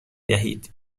دهید